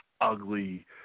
ugly